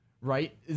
right